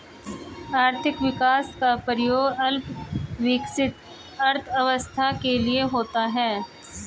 आर्थिक विकास का प्रयोग अल्प विकसित अर्थव्यवस्था के लिए होता है